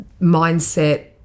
mindset